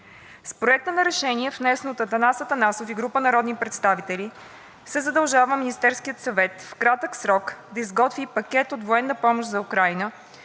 С Проекта на решение, внесен от Атанас Атанасов и група народни представители, се задължава Министерският съвет в кратък срок да подготви пакет от военна помощ за Украйна,